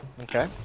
Okay